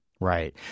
Right